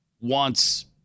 wants